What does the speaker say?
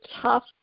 tough